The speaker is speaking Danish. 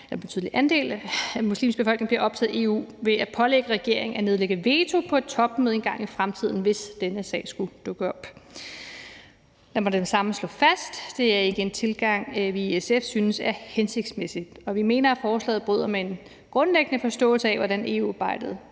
med en betydelig andel af muslimer i befolkningen bliver optaget i EU, ved at pålægge regeringen at nedlægge veto på et topmøde engang i fremtiden, hvis denne sag skulle dukke op. Lad mig med det samme slå fast, at det ikke er en tilgang, vi i SF synes er hensigtsmæssig, og vi mener, at forslaget bryder med en grundlæggende forståelse af, hvordan EU-samarbejdet